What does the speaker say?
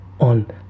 on